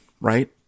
right